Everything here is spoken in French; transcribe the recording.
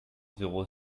zéro